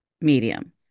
medium